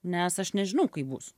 nes aš nežinau kaip bus